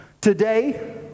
today